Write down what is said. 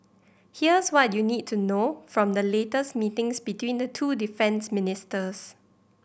here's what you need to know from the latest meetings between the two defence ministers